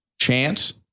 chance